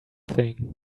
thing